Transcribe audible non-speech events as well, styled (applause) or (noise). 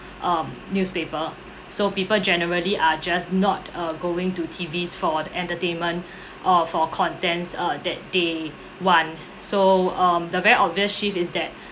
um newspaper so people generally are just not uh going to T_Vs for entertainment (breath) or for contents uh that they want so um the very obvious shift is that (breath)